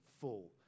full